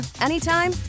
anytime